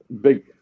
big